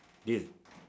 yes